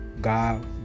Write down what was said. God